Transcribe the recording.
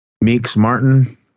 Meeks-Martin